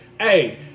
hey